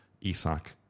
Isak